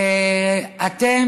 ואתם,